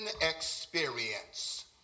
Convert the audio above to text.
experience